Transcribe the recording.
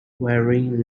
wearing